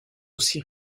aussi